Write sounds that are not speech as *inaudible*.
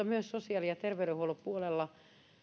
*unintelligible* myös sosiaali ja terveydenhuollon puolella